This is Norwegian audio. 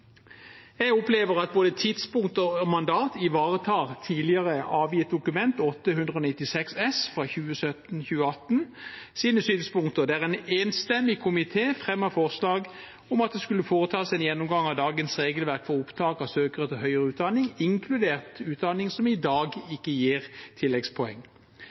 Jeg opplever at både tidspunkt og mandat ivaretar synspunktene i tidligere avgitt innstilling i forbindelse med Dokument 8:196 S for 2017–2018, der en enstemmig komité fremmet forslag om at det skulle foretas en gjennomgang av dagens regelverk for opptak av søkere til høyere utdanning, inkludert utdanning som i dag ikke gir tilleggspoeng.